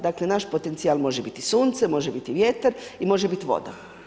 Dakle, naš potencijal može biti sunce, može biti vjetar, može biti voda.